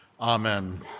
Amen